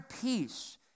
peace